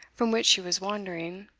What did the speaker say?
from which she was wandering.